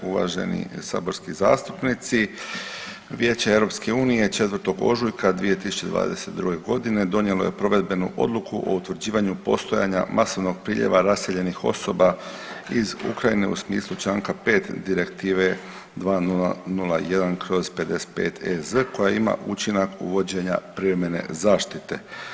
Uvaženi saborski zastupnici Vijeće EU 4. ožujka 2022. godine donijelo je provedbenu odluku o utvrđivanju postojanja masovnog priljeva raseljenih osoba iz Ukrajine u smislu Članka 5. Direktive 2001/55 EZ koja ima učinak uvođenja privremene zaštite.